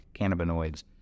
cannabinoids